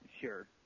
Sure